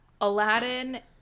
aladdin